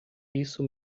isso